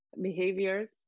behaviors